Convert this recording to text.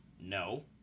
no